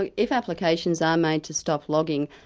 but if applications are made to stop logging,